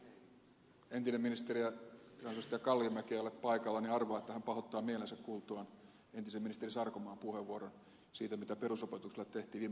kun entinen ministeri ja kansanedustaja kalliomäki ei ole paikalla niin arvaan että hän pahoittaa mielensä kuultuaan entisen ministeri sarkomaan puheenvuoron siitä mitä perusopetukselle tehtiin viime vaalikaudella